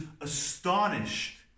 astonished